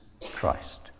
Christ